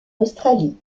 australie